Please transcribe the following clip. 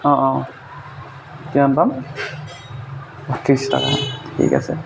অঁ অঁ কিমান পাম ত্ৰিছ টকা ঠিক আছে